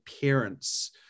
parents